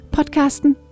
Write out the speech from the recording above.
Podcasten